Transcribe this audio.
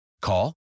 Call